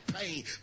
pain